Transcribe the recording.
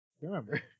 Remember